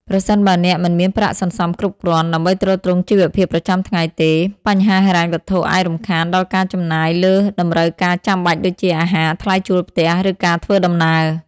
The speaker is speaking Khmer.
ប្រសិនបើអ្នក មិនមានប្រាក់សន្សំគ្រប់គ្រាន់ ដើម្បីទ្រទ្រង់ជីវភាពប្រចាំថ្ងៃទេ បញ្ហាហិរញ្ញវត្ថុអាចរំខានដល់ការចំណាយលើតម្រូវការចាំបាច់ដូចជា អាហារ ថ្លៃជួលផ្ទះ ឬការធ្វើដំណើរ។